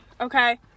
Okay